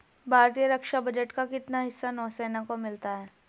भारतीय रक्षा बजट का कितना हिस्सा नौसेना को मिलता है?